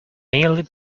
merely